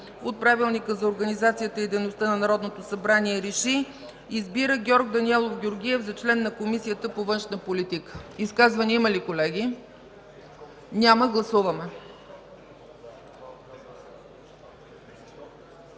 от Правилника за организацията и дейността на Народното събрание РЕШИ: Избира Георг Даниелов Георгиев за член на Комисията по външна политика.” Има ли изказвания, колеги? Няма. Гласуваме.